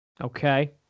Okay